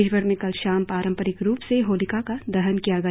देशभर में कल शाम पारंपरिक रुप से होलिका का दहन किया गया